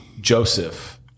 Joseph